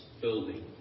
building